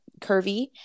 curvy